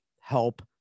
help